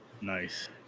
nice